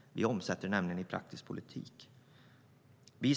Vi omsätter det nämligen i praktisk politik.